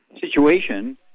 situation